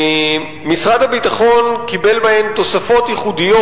משרד הביטחון קיבל בהן תוספות ייחודיות